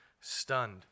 stunned